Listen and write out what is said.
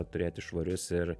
turėti švarius ir